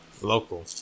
local